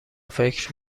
فکر